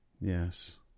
Yes